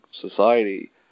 society